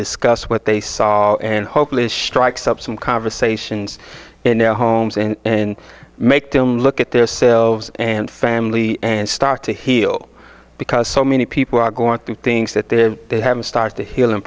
discuss what they saw and hopefully strikes up some conversations in their homes in make them look at their selves and family and start to heal because so many people are going through things that they haven't started the healing